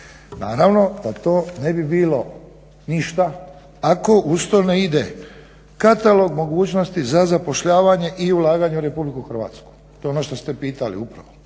Naravno da to ne bi bilo ništa ako uz to ne ide katalog mogućnosti za zapošljavanje i ulaganje u RH. To je ono što ste pitali upravo.